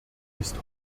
ist